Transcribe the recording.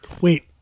Wait